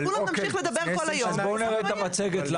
אז כולם נמשיך לדבר כל היום ובסוף לא יהיה.